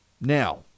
now